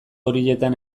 horietan